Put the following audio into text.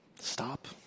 Stop